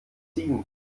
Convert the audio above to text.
ziegen